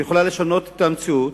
היא יכולה לשנות את המציאות,